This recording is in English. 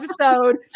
episode